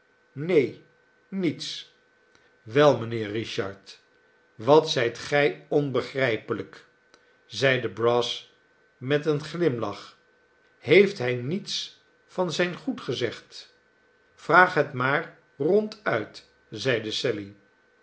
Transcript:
neen niets wel mijnheer richard wat zijt gij onbegrijpelijk zeide brass met een glimlach heeft hij niets van zijn goed gezegd vraag het maar ronduit zeide sally